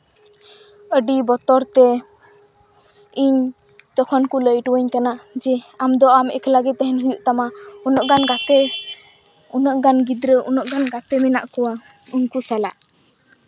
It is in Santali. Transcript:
ᱟᱹᱰᱤ ᱵᱚᱛᱚᱨᱛᱮ ᱤᱧ ᱛᱚᱠᱷᱚᱱ ᱠᱚ ᱞᱟᱹᱭ ᱦᱚᱴᱚᱣᱟᱹᱧ ᱠᱟᱱᱟ ᱡᱮ ᱟᱢᱫᱚ ᱟᱢ ᱮᱠᱞᱟᱜᱮ ᱛᱟᱦᱮᱱ ᱦᱩᱭᱩᱜ ᱛᱟᱢᱟ ᱩᱱᱟᱹᱜ ᱜᱟᱱ ᱜᱟᱛᱮ ᱩᱱᱟᱹᱜ ᱜᱟᱱ ᱜᱤᱫᱽᱨᱟᱹ ᱩᱱᱟᱹᱜ ᱜᱟᱱ ᱜᱟᱛᱮ ᱢᱮᱱᱟᱜ ᱠᱚᱣᱟ ᱩᱱᱠᱩ ᱥᱟᱞᱟᱜ